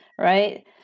right